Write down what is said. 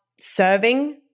serving